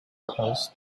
close